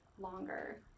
longer